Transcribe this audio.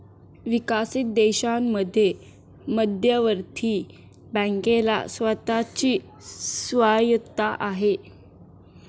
विकसित देशांमध्ये मध्यवर्ती बँकेला स्वतः ची स्वायत्तता आहे